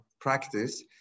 practice